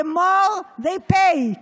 the more they pay .